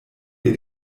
der